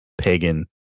pagan